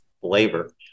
flavor